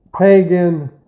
pagan